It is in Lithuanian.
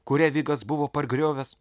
kurią vigas buvo pargriovęs